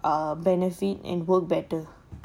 err benefit and work better